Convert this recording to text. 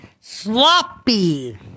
Sloppy